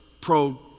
pro